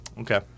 Okay